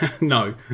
No